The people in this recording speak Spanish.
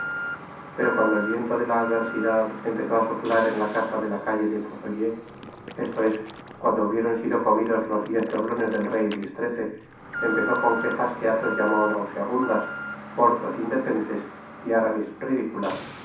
pero cuando et viento de la adversidad empezó á soplar en la casa de la calle de fossoyeurs esto es cuando hubieron sido comidos los diez doblones del rey luis xiii empezó con quejas que athos llamó nauseabundas porthos indecentes y aramis ridiculas